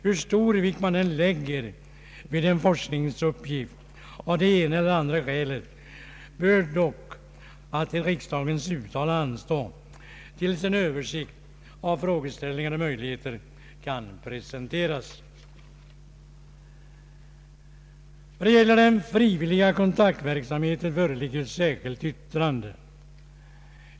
Hur stor vikt man än lägger vid en forskningsuppgift av det ena eller andra skälet bör dock alltid riksdagens uttalande anstå tills en översikt av frågeställningar och möjligheter kan presenteras. Vad gäller den frivilliga kontaktverksamheten föreligger ett särskilt yttran de.